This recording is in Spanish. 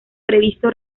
previsto